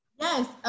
yes